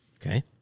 Okay